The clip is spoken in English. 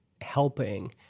helping